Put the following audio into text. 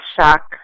shock